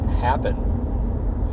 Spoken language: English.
happen